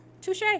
touche